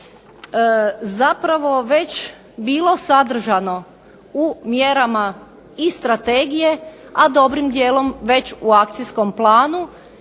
zapravo već bilo sadržano u mjerama iz strategije, a dobrim dijelom već u akcijskom planu